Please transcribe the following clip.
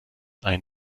ein